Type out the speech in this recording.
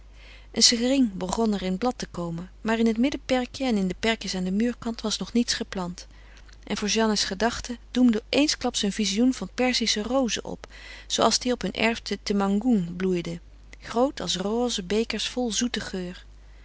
een sering begon er in blad te komen maar in het middenperkje en in de perkjes aan den muurkant was nog niets geplant en voor jeanne's gedachten doemde eensklaps een vizioen van perzische rozen op zooals die op hun erf te temanggoeng bloeiden groot als roze bekers vol zoeten geur